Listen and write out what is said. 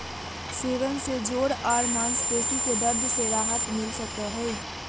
सेवन से जोड़ आर मांसपेशी के दर्द से राहत मिल सकई हई